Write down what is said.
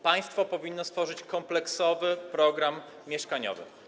Państwo powinno stworzyć kompleksowy program mieszkaniowy.